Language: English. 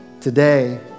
Today